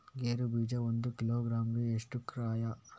ಗೇರು ಬೀಜ ಒಂದು ಕಿಲೋಗ್ರಾಂ ಗೆ ಎಷ್ಟು ಕ್ರಯ?